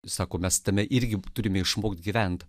sako mes tame irgi turime išmokti gyventi